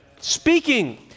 Speaking